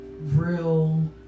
real